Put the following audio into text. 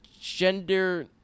gender